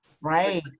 Right